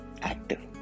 active